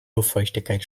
luftfeuchtigkeit